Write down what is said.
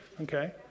Okay